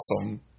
Awesome